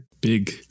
Big